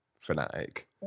fanatic